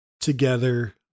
together